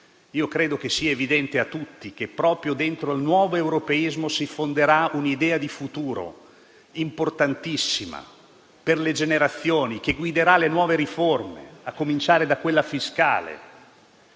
Io credo sia evidente a tutti che, proprio dentro il nuovo europeismo, si fonderà un'idea di futuro importantissima per le generazioni, che guiderà le nuove riforme, a cominciare da quella fiscale.